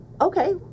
okay